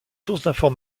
sources